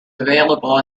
available